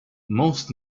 most